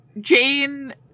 Jane